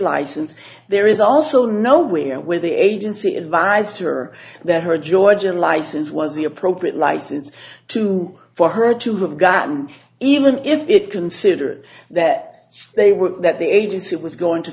license there is also nowhere with the agency advised her that her georgian license was the appropriate license to for her to have gotten even if it considered that they were that the agency was going to